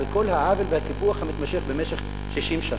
כל העוול והקיפוח המתמשך במשך 60 שנה.